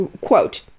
quote